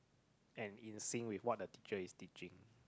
and in sync with what the teacher is teaching